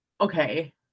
okay